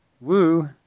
woo